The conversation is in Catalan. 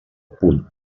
punt